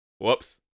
Whoops